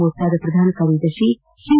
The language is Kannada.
ಮೋರ್ಚಾ ಪ್ರಧಾನ ಕಾರ್ಯದರ್ಶಿ ಜಿ